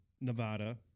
Nevada